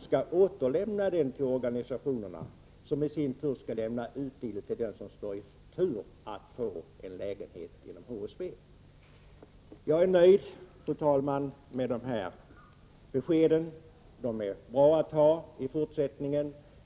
skall återlämna den till organisationerna, som i sin tur skall lämna ut lägenheten till den person som står i tur att få en lägenhet inom HSB. Jag är nöjd, fru talman, med de här beskeden. De är bra att ha i fortsättningen.